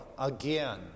again